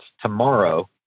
tomorrow